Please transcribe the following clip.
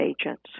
agents